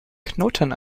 knoten